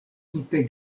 tute